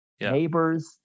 neighbors